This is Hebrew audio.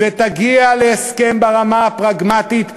ותגיע להסכם ברמה הפרגמטית,